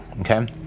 Okay